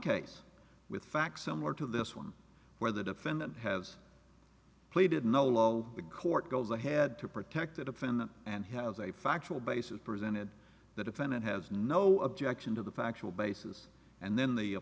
case with facts similar to this one where the defendant has pleaded no law the court goes ahead to protect a defendant and has a factual basis presented the defendant has no objection to the factual basis and then the